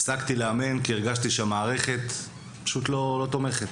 הפסקתי לאמן כי הרגשתי שהמערכת פשוט לא תומכת.